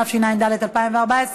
התשע"ד 2014,